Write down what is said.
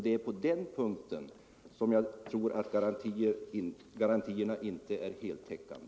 Det är på den punkten jag tror att garantierna inte är heltäckande.